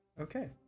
Okay